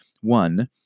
one